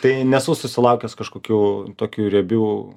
tai nesu susilaukęs kažkokių tokių riebių